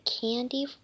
candy